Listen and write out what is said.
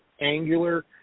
angular